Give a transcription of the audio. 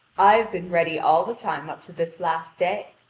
i have been ready all the time up to this last day,